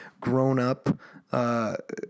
grown-up